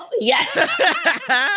Yes